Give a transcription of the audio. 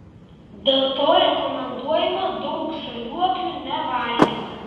dėl to rekomenduojama daug žaliuokių nevalgyti